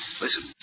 Listen